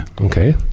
Okay